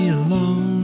alone